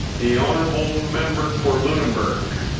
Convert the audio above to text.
the honourable member for lunenberg